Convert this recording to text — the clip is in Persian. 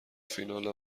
فینال